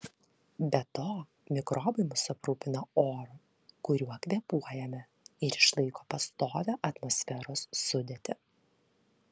be to mikrobai mus aprūpina oru kuriuo kvėpuojame ir išlaiko pastovią atmosferos sudėtį